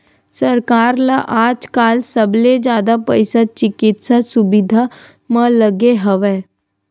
सरकार ल आजकाल सबले जादा पइसा चिकित्सा सुबिधा म लगे हवय